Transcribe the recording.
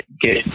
get